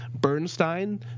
Bernstein